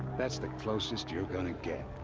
that's the closest you're gonna get.